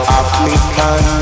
african